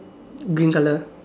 green color